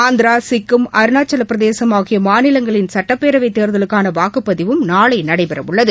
ஆந்திரா சிக்கிம் அருணாச்சல பிரதேசம் ஆகிய மாநிலங்களின் சுட்டப்பேரவைத் தேர்தலுக்கான வாக்குப்பதிவும் நாளை நடைபெறவுள்ளது